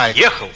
ah yes,